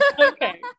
Okay